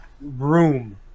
room